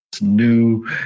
new